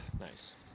Nice